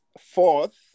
fourth